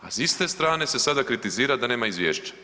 A sa iste strane se sada kritizira da nema izvješća.